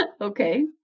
Okay